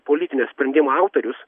politinio sprendimo autorius